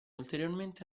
ulteriormente